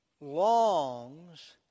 longs